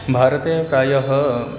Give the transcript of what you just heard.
भारते प्रायः